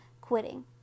quitting